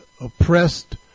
oppressed